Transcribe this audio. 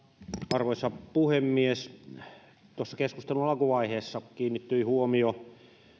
arvoisa puhemies tuossa keskustelun alkuvaiheessa kiinnittyi huomio